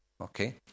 okay